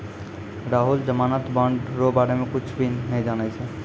राहुल जमानत बॉन्ड रो बारे मे कुच्छ भी नै जानै छै